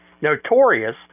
notorious